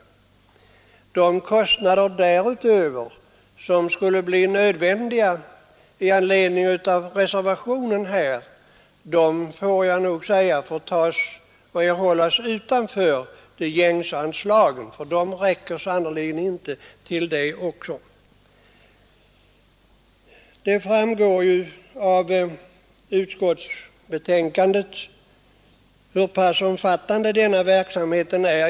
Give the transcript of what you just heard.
Men de kostnader härutöver som ett bifall till reservationen skulle föra med sig måste falla utanför de gängse anslagen, som sannerligen inte räcker till det också. Av utskottets betänkande framgår hur omfattande hela denna verksamhet är.